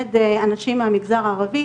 לעודד אנשים מהמגזר הערבי,